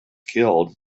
killed